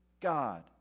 God